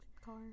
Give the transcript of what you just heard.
car